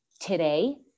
today